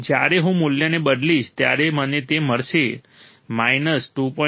જ્યારે હું મૂલ્યને બદલીશ ત્યારે મને તે મળશે 2